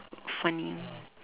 funny